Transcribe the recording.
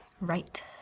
Right